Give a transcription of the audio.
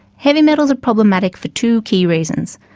heavy metals are problematic for two key reasons.